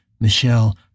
Michelle